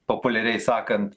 populiariai sakant